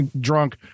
drunk